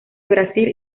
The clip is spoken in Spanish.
brasil